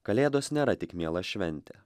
kalėdos nėra tik miela šventė